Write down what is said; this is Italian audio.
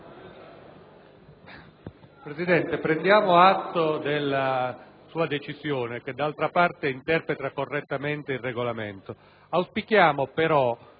Presidente, prendiamo atto della sua decisione, che d'altra parte interpreta correttamente il Regolamento.